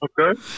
Okay